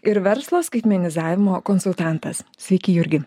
ir verslo skaitmenizavimo konsultantas sveiki jurgi